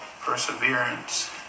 perseverance